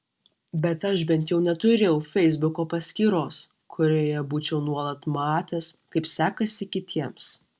bet aš bent jau neturėjau feisbuko paskyros kurioje būčiau nuolat matęs kaip sekasi kitiems